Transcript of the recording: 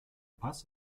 paz